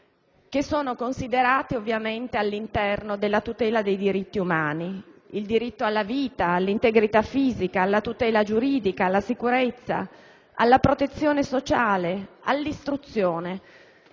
che sono considerati ovviamente all'interno della tutela dei diritti umani; mi riferisco al diritto alla vita, all'integrità fisica, alla tutela giuridica, alla sicurezza, alla protezione sociale, all'istruzione.